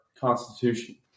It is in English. Constitution